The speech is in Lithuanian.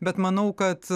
bet manau kad